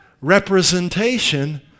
representation